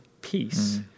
peace